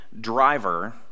driver